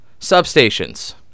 substations